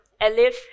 Elif